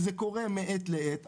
זה קורה מעת לעת,